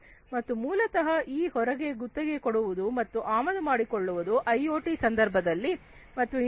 ಮತ್ತೆ ಮೂಲತಃ ಈ ಹೊರಗಡೆ ಗುತ್ತಿಗೆ ಕೊಡುವುದು ಮತ್ತು ಆಮದು ಮಾಡಿಕೊಳ್ಳುವುದು ಐಓಟಿ ಸಂದರ್ಭದಲ್ಲಿ ಮತ್ತು ಇಂಡಸ್ಟ್ರಿ4